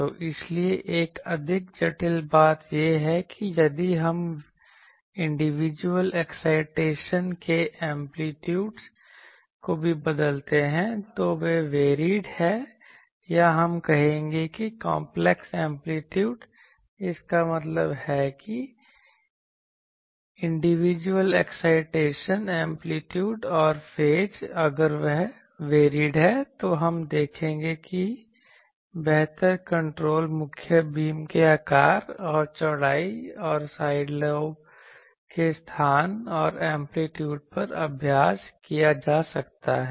तो इसीलिए एक अधिक जटिल बात यह है कि यदि हम व्यक्तिगत एक्साइटेशन के एंप्लीट्यूड को भी बदलते हैं तो वे वेरीड हैं या हम कहेंगे कि कांपलेक्स एंप्लीट्यूड इसका मतलब है कि व्यक्तिगत एक्साइटेशन एंप्लीट्यूड और फेज अगर वह वेरीड है तो हम देखेंगे कि बेहतर कंट्रोल मुख्य बीम के आकार और चौड़ाई और साइड लोब के स्थान और एंप्लीट्यूड पर अभ्यास किया जा सकता है